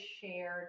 shared